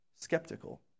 skeptical